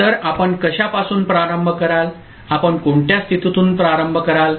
तर आपण कशापासून प्रारंभ कराल आपण कोणत्या स्थितीतून प्रारंभ कराल